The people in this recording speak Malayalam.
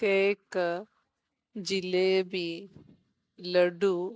കേയ്ക്ക് ജിലേബി ലഡു